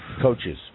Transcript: coaches